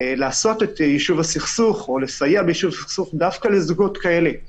לסייע ביישוב סכסוך דווקא לזוגות כאלה,